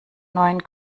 neuen